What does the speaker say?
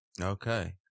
Okay